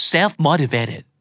Self-motivated